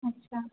अच्छा